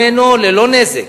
ויצאה ממנו ללא נזק,